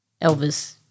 Elvis